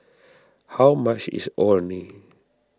how much is Orh Nee